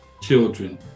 children